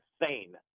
insane